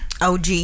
OG